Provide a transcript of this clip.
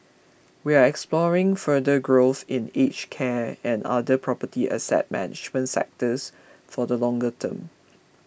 we are exploring further growth in aged care and other property asset management sectors for the longer term